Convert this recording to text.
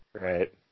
Right